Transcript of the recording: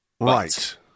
Right